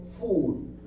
food